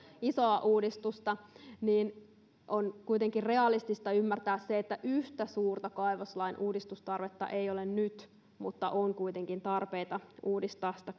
isoa uudistusta niin on kuitenkin realistista ymmärtää se että yhtä suurta kaivoslain uudistustarvetta ei ole nyt mutta on kuitenkin tarpeita uudistaa sitä